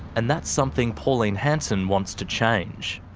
and that's something pauline hanson wants to change.